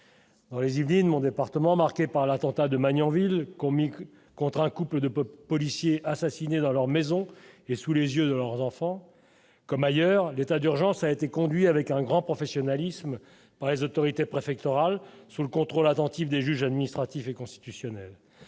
Dans les Yvelines, mon département, marquée par l'attentat de Magnanville comique contre un couple de pop policiers assassinés dans leur maison et sous les yeux, leurs enfants, comme ailleurs, l'état d'urgence a été conduit avec un grand professionnalisme par les autorités préfectorales sous le contrôle attentif des juges administratif et constitutionnel